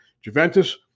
Juventus